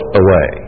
away